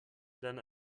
than